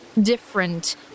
different